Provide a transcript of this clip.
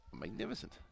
Magnificent